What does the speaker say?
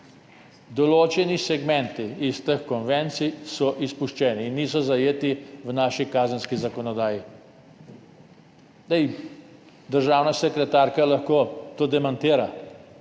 Določeni segmenti iz teh konvencij so izpuščeni in niso zajeti v naši kazenski zakonodaji. Državna sekretarka lahko to demantira,